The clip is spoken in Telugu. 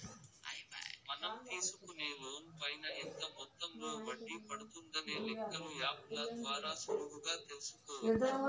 మనం తీసుకునే లోన్ పైన ఎంత మొత్తంలో వడ్డీ పడుతుందనే లెక్కలు యాప్ ల ద్వారా సులువుగా తెల్సుకోవచ్చు